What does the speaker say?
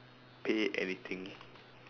pay anything